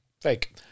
fake